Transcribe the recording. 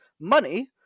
money